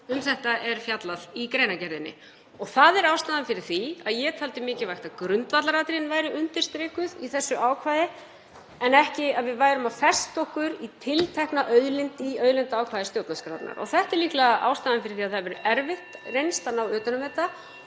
Um þetta er fjallað í greinargerðinni. Það er ástæðan fyrir því að ég taldi mikilvægt að grundvallaratriðin væru undirstrikuð í þessu ákvæði en ekki að við værum að festa okkur í tiltekna auðlind í auðlindaákvæði stjórnarskrárinnar. (Forseti hringir.) Þetta er líklega ástæðan fyrir því að það hefur reynst erfitt að ná utan um þetta